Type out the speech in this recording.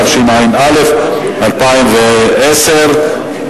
התשע"א 2010,